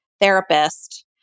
therapist